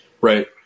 Right